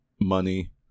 money